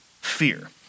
fear